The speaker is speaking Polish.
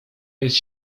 jest